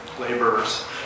laborers